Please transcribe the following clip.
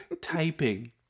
Typing